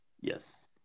yes